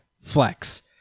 flex